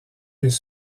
des